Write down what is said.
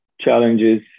challenges